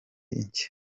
nshya